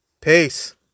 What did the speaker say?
Peace